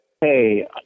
hey